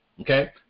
okay